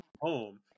home